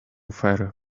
fire